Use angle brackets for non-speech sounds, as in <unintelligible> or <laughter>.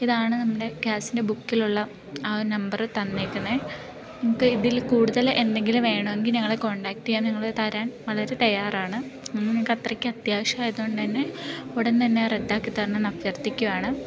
ഇതാണ് നമ്മുടെ ഗ്യാസിൻ്റെ ബുക്കിലുള്ള ആ നമ്പറ് തന്നേക്കണത് നിങ്ങൾക്ക് ഇതിൽ കൂടുതൽ എന്തെങ്കിലും വേണമെങ്കിൽ ഞങ്ങളെ കോണ്ടാക്ട ചെയ്യാൻ ഞങ്ങൾ തരാൻ വളരെ തയ്യാറാണ് <unintelligible> ഞങ്ങക്കത്രക്ക് അത്യാവശ്യായതോണ്ടന്നെ ഉടൻതന്നെ റദ്ദാക്കിത്തരണംന്ന് അഭ്യർത്ഥിക്കുവാണ്